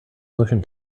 motion